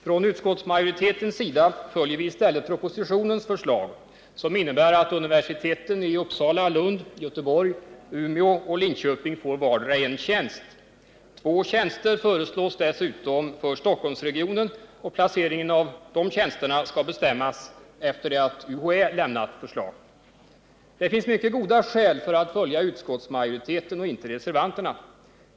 Från utskottsmajoritetens sida följer vi i stället propositionens förslag, som innebär att universiteten i Uppsala, Lund, Göteborg, Umeå och Linköping får vardera en tjänst. Två tjänster föreslås dessutom för Stockholmsregionen, och placeringen av dessa tjänster skall bestämmas sedan UHÄ har lämnat förslag. Det finns mycket goda skäl för att följa utskottsmajoriteten och inte reservanterna.